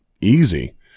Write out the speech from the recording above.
easy